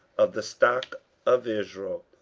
of the stock of israel,